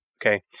Okay